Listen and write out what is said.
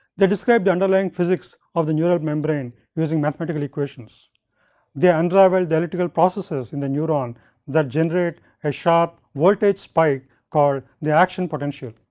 they describe the underlying physics of the neural membrane using mathematical equations they unravel the electrical processes in the neuron that generate a sharp voltage spike called the action potential.